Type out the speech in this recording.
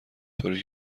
طوری